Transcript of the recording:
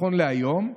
נכון להיום,